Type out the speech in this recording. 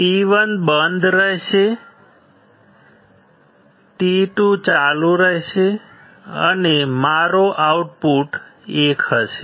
T2 બંધ રહેશે T1 ચાલુ રહેશે અને મારો આઉટપુટ 1 હશે